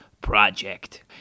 project